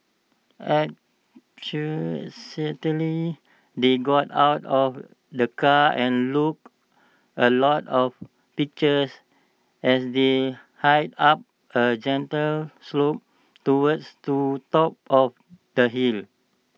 they got out of the car and look A lot of pictures as they hiked up A gentle slope towards to top of the hill